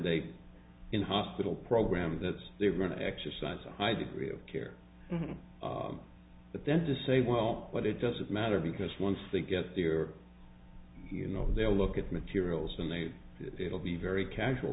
days in a hospital program that they're going to exercise a high degree of care but then to say well what it doesn't matter because once they get the are you know they'll look at materials and they will be very casual